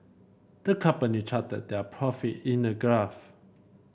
the company charted their profit in a graph